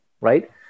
right